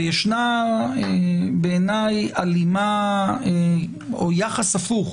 וישנה, בעיניי, הלימה או ישנו יחס הפוך